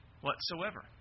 whatsoever